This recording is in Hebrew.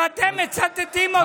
ואתם מצטטים אותו.